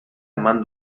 eman